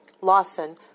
Lawson